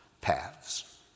paths